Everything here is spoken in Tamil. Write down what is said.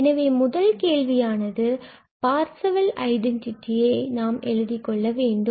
எனவே முதல் கேள்வி ஆனது பார்சவெல் ஐடென்டிட்டியை நான் எழுதிக் கொள்ள வேண்டும்